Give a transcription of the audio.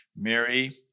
Mary